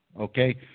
okay